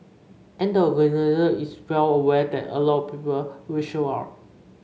and the organiser is well aware that a lot of people will show up